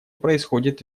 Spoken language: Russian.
происходит